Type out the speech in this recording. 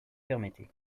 permettez